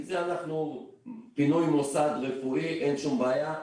כי זה פינוי מוסד רפואי, אין שום בעיה.